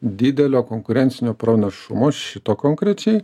didelio konkurencinio pranašumo šito konkrečiai